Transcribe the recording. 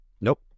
Nope